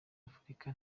afurika